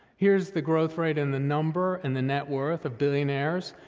here's the growth rate in the number and the net worth of billionaires,